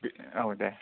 औ दे